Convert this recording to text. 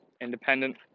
independent